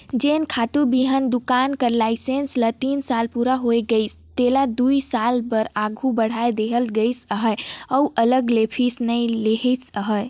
जेन खातूए बीहन दोकान कर लाइसेंस ल तीन साल पूरा होए गइस तेला दुई साल बर आघु बढ़ाए देहल गइस अहे अउ अलग ले फीस नी लेहिस अहे